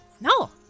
No